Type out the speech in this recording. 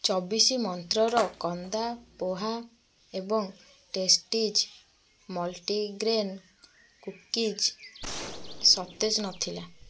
ଚବିଶି ମନ୍ତ୍ରର କନ୍ଦା ପୋହା ଏବଂ ଟେଷ୍ଟିଜ୍ ମଲ୍ଟିଗ୍ରେନ୍ କୁକିଜ୍ ସତେଜ ନଥିଲା